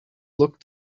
looked